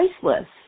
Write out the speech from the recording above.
priceless